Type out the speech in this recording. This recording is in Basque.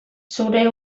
zure